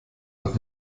nach